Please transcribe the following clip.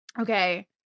Okay